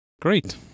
Great